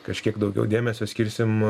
kažkiek daugiau dėmesio skirsim